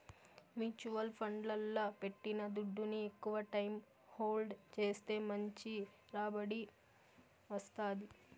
mutual ఫండ్లల్ల పెట్టిన దుడ్డుని ఎక్కవ టైం హోల్డ్ చేస్తే మంచి రాబడి వస్తాది